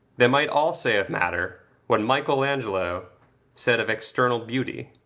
they might all say of matter, what michael angelo said of external beauty,